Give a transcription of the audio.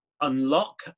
unlock